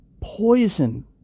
poison